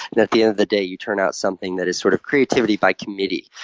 and at the end of the day you turn out something that is sort of creativity by committee,